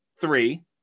three